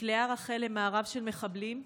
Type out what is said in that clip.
נקלעה רחל למארב של מחבלים,